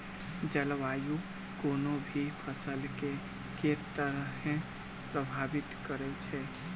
जलवायु कोनो भी फसल केँ के तरहे प्रभावित करै छै?